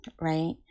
right